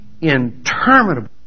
interminable